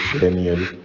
Daniel